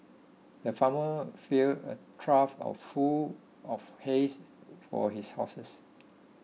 the farmer filled a trough of full of hays for his horses